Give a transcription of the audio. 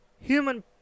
human